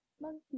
Monkey